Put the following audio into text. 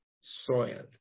soiled